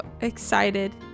excited